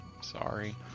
Sorry